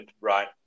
right